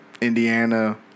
Indiana